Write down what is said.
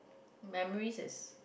memory is